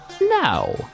Now